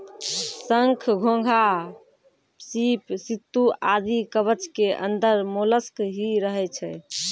शंख, घोंघा, सीप, सित्तू आदि कवच के अंदर मोलस्क ही रहै छै